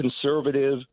conservative